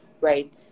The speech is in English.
right